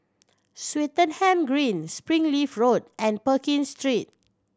Swettenham Green Springleaf Road and Pekin Street